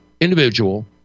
individual